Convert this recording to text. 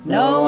no